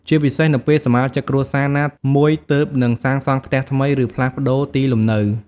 ជាពិសេសនៅពេលសមាជិកគ្រួសារណាមួយទើបនឹងសាងសង់ផ្ទះថ្មី ឬផ្លាស់ប្តូរទីលំនៅ។